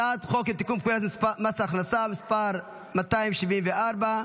הצעת חוק לתיקון פקודת מס הכנסה (מס' 274),